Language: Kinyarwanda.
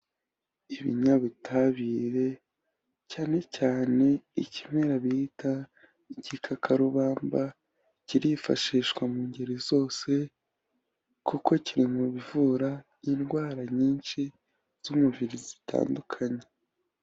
Ibinyabutabire cyane cyane ikimera bita igikakarubamba, kirifashishwa mu ngeri zose kuko kiri mu bivura indwara nyinshi z'umubiri zitandukanye.